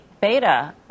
beta